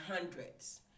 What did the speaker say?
hundreds